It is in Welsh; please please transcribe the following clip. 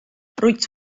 rwyt